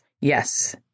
Yes